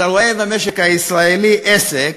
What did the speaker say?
אתה רואה במשק הישראלי עסק,